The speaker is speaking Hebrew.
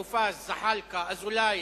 מופז, זחאלקה, אזולאי,